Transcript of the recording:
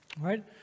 Right